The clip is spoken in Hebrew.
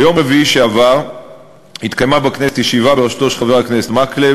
ביום רביעי שעבר התקיימה בכנסת ישיבה בראשותו של חבר הכנסת מקלב